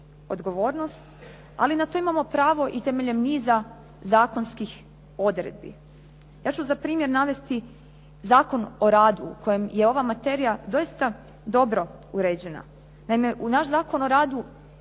ali na to imamo pravo temeljem niza zakonskih odredbi. Ja ću za primjer navesti Zakon o radu kojim je ova materija doista dobro uređena. Naime, u naš Zakon o radu